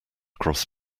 cross